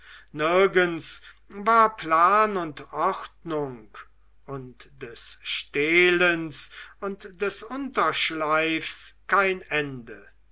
nirgends war plan und ordnung und des stehlens und des unterschleifs kein ende